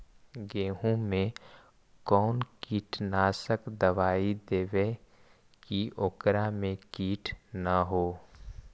गेहूं में कोन कीटनाशक दबाइ देबै कि ओकरा मे किट न हो?